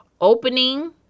opening